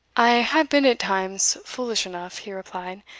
i have been at times foolish enough, he replied,